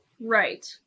Right